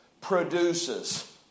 produces